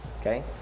Okay